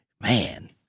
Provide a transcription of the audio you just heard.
man –